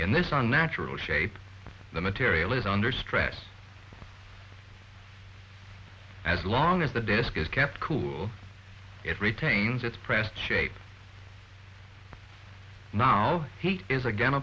in this on natural shape the material is under stress as long as the desk is kept cool it retains its pressed shape now he is again